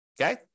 okay